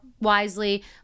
wisely